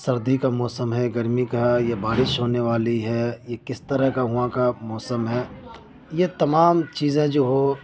سردی کا موسم ہے گرمی کا ہے یا بارش ہونے والی ہے یا کس طرح کا وہاں کا موسم ہے یہ تمام چیزیں جو ہو